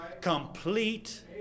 complete